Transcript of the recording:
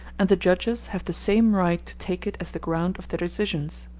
and the judges have the same right to take it as the ground of their decisions,